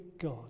God